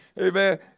Amen